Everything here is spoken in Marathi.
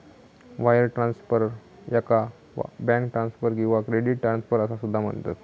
वायर ट्रान्सफर, याका बँक ट्रान्सफर किंवा क्रेडिट ट्रान्सफर असा सुद्धा म्हणतत